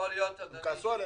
יכול להיות,